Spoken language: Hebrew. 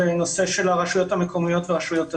זה נושא של הרשויות המקומיות ורשויות הדרך.